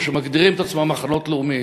או שמגדירים את עצמם מחנות לאומיים.